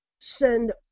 send